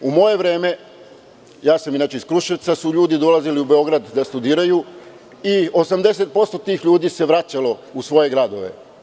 U moje vreme, ja sam inače iz Kruševca, ljudi su dolazili u Beograd da studiraju i 80% tih ljudi se vraćalo u svoje gradove.